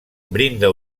brinda